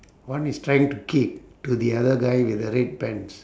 one is trying to kick to the other guy with the red pants